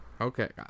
Okay